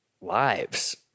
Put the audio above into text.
lives